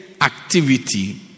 activity